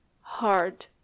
hard